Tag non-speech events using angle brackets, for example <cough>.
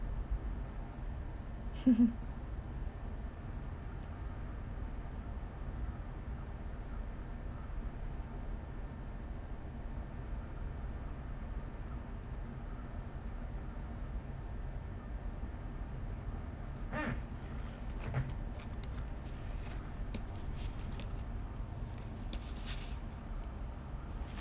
<laughs>